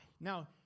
now